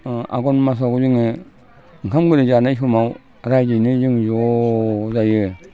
आघन मासाव जोङो ओंखाम गोरलै जानाय समाव रायजोयैनो जों ज' जायो